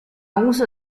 uso